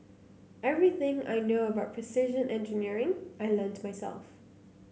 everything I know about precision engineering I learnt myself